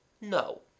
No